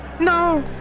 No